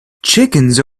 chickens